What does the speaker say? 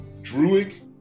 Druid